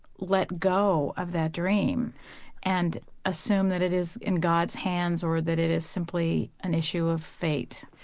let go of that dream and assume that it is in god's hands or that it is simply an issue of fate.